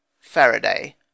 Faraday